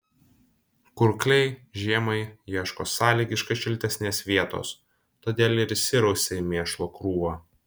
kurkliai žiemai ieško sąlygiškai šiltesnės vietos todėl ir įsirausia į mėšlo krūvą